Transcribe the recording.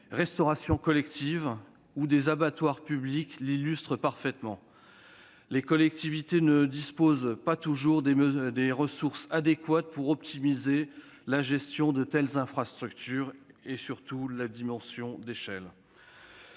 restauration collective ou des abattoirs publics l'illustrent parfaitement. Les collectivités ne disposent pas toujours des ressources adéquates pour optimiser la gestion de telles infrastructures, notamment la dimension d'échelle.